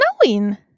snowing